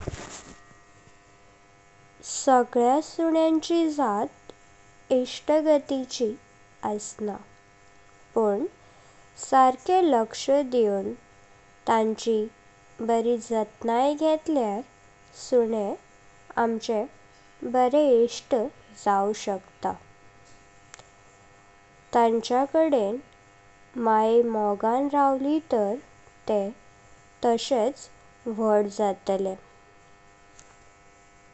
सगळ्या सुन्याची जात इष्टगातीची असना, पण सारे लक्ष देऊन तांची बरी जातना। घेटल्यार सुनी आमचे बरे इष्ट जाव शकता, तांच्या कडेन मायें मोगान राहिली तर ते तसेच व्हाड जातले।